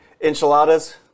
Enchiladas